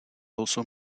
also